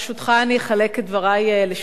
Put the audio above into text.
אני אחלק את דברי לשני חלקים,